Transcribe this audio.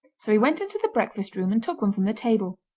so he went into the breakfast room and took one from the table.